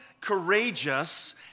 courageous